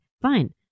fine